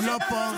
הוא לא פה.